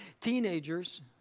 teenagers